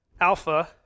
Alpha